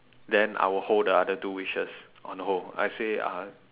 then I will hold the other two wishes on hold I say uh